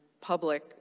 public